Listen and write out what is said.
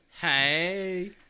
hey